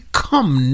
come